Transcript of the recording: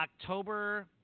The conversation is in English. October